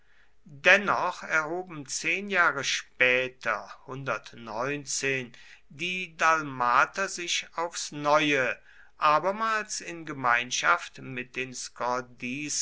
dennoch erhoben zehn jahre später die dalmater sich aufs neue abermals in gemeinschaft mit den